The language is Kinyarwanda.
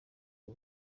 ibi